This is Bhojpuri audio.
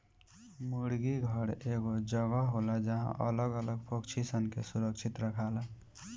मुर्गी घर एगो जगह होला जहां अलग अलग पक्षी सन के सुरक्षित रखाला